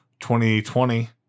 2020